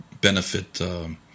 benefit